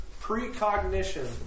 precognition